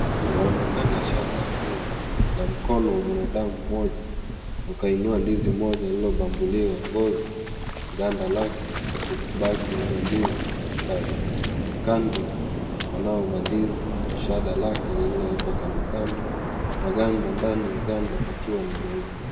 Yaonekana shada ya ndizi na mkono wa mwanadamu mmoja, ukainua ndizi lililobambuliwa ngozi, ganda lake na kubaki lile ndizi katikati. Kando panao mandizi shada lake lililowekwa kandokando na ganda, ndani ya ganda pakiwa ni nyeupe.